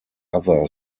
other